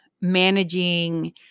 managing